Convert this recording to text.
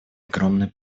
огромной